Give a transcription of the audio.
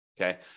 Okay